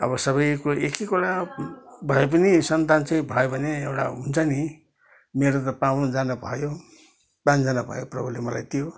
अब सबैको एक एकवटा भए पनि सन्तान चाहिँ भयो भने एउटा हुन्छ नि मेरो त पाँचजना भयो पाँचजना भयो प्रभुले मलाई दियो